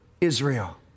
Israel